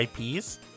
IPs